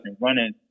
running